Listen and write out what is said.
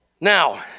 Now